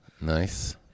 Nice